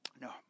No